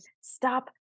stop